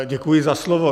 Děkuji za slovo.